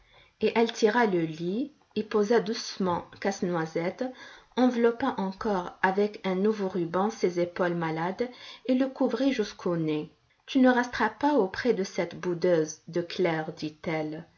et elle tira le lit y posa doucement casse-noisette enveloppa encore avec un nouveau ruban ses épaules malades et le couvrit jusqu'au nez tu ne resteras pas auprès de cette boudeuse de claire dit-elle